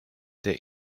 there